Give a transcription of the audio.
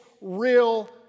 real